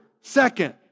Second